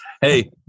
Hey